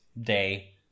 day